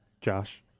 Josh